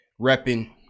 repping